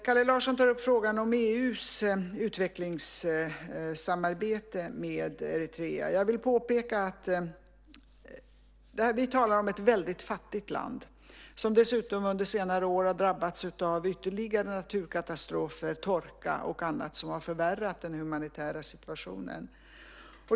Kalle Larsson tar upp frågan om EU:s utvecklingssamarbete med Eritrea. Jag vill påpeka att vi talar om ett väldigt fattigt land som dessutom under senare år har drabbats av ytterligare naturkatastrofer, torka och annat som har förvärrat den humanitära situationen.